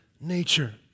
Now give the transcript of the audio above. nature